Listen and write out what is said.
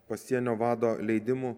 pasienio vado leidimų